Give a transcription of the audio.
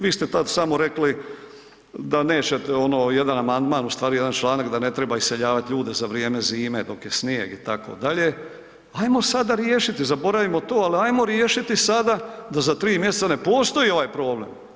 Vi ste tada samo rekli da nećete jedan amandman ustvari jedan članak da ne treba iseljavati ljude za vrijeme zime dok je snijeg itd., ajmo sada riješit, zaboravimo to, ali ajmo riješiti sada da za tri mjeseca ne postoji ovaj problem.